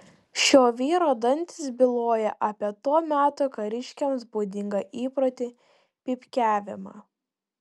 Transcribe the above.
šio vyro dantys byloja apie to meto kariškiams būdingą įprotį pypkiavimą